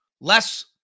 less